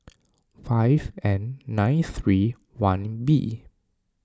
five N nine three one B